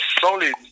solid